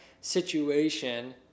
situation